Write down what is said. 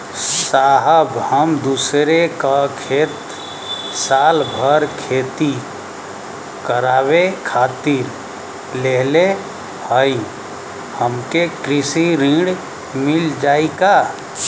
साहब हम दूसरे क खेत साल भर खेती करावे खातिर लेहले हई हमके कृषि ऋण मिल जाई का?